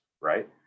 right